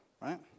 right